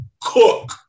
Cook